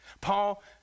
Paul